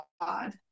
God